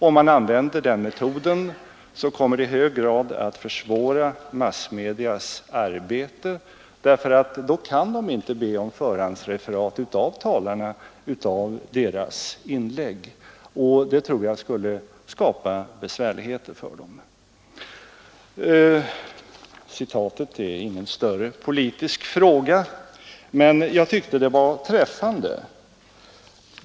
Om man använder den metoden kommer det i hög grad att försvåra massmedias arbete, ty de kan då inte be talarna om förhandsreferat av deras inlägg. Och det tror jag skulle skapa besvärligheter för dem. Citatet är ingen större sak, men jag tyckte att det var träffande.